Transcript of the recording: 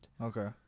Okay